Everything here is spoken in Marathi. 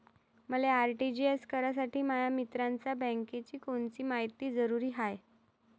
मले आर.टी.जी.एस करासाठी माया मित्राच्या बँकेची कोनची मायती जरुरी हाय?